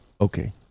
okay